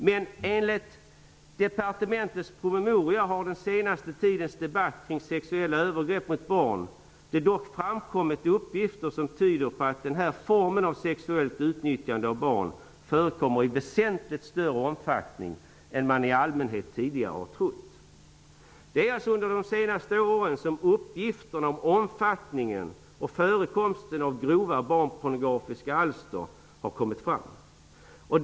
Men enligt departementets promemoria har det i den senaste tidens debatt kring sexuella övergrepp mot barn dock framkommit uppgifter som tyder på att den här formen av sexuellt utnyttjande av barn förekommer i väsentligt större omfattning än man i allmänhet tidigare har trott. Det är alltså under de senaste åren som uppgifterna om omfattningen och förekomsten av grova barnpornografiska alster har kommit fram.